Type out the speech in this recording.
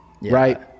Right